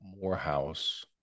Morehouse